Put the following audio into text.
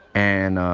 and